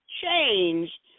change